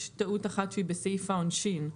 יש טעות אחת שהיא בסעיף העונשין.